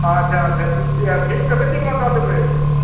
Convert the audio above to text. अच्छा अच्छा छुट्टी हैत फीस कतेक दिनमे दऽ देबै